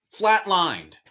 flatlined